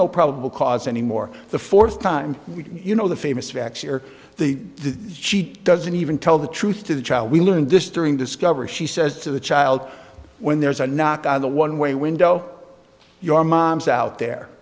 probable cause anymore the fourth time you know the famous facts or the she doesn't even tell the truth to the child we learned this during discovery she says to the child when there's a knock on the one way window your mom's out there